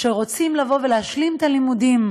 שרוצים לבוא ולהשלים את הלימודים.